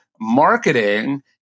marketing